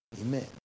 Amen